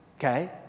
Okay